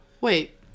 Wait